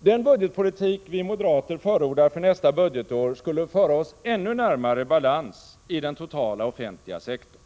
Den budgetpolitik vi moderater förordar för nästa budgetår skulle föra oss ännu närmare balans i den totala offentliga sektorn.